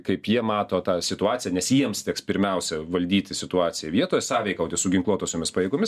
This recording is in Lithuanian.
kaip jie mato tą situaciją nes jiems teks pirmiausia valdyti situaciją vietoj sąveikauti su ginkluotosiomis pajėgomis